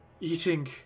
Eating